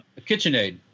KitchenAid